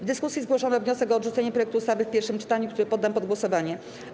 W dyskusji zgłoszono wniosek o odrzucenie projektu ustawy w pierwszym czytani, który poddam pod głosowanie.